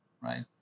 Right